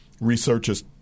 Researchers